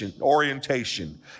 orientation